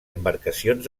embarcacions